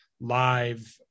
live